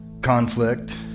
conflict